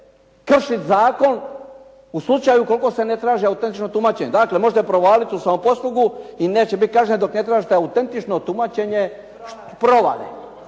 kršiti zakon u slučaju koliko se ne traži autentično tumačenje. Dakle, možete provaliti u samoposlugu i neće biti kazne dok ne tražite autentično tumačenje provale.